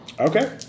Okay